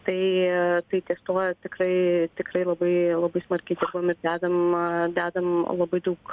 tai tai ties tuo tikrai tikrai labai labai smarkiai dirbam ir dedam dedam labai daug